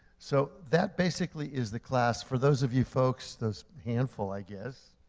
so, that basically is the class. for those of you folks, those handful, i guess,